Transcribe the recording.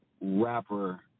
rapper